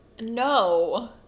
No